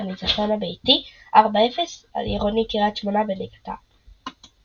בניצחון הביתי 4–0 על עירוני קריית שמונה בליגת העל.